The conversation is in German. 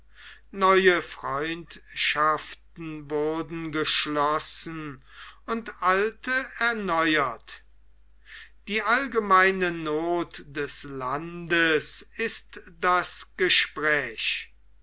neue freundschaften wurden geschlossen und alte erneuert die allgemeine noth des landes ist das gespräch